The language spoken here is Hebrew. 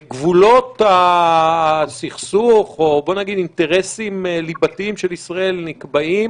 גבולות הסכסוך או בוא נגיד האינטרסים הליבתיים של ישראל נקבעים,